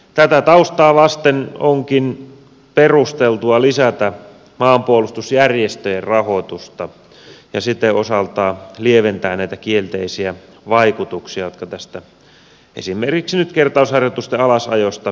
tätä taustaa vasten onkin perusteltua lisätä maanpuolustusjärjestöjen rahoitusta ja siten osaltaan lieventää näitä kielteisiä vaikutuksia jotka tästä esimerkiksi nyt kertausharjoitusten alasajosta aiheutuvat